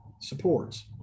supports